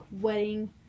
wedding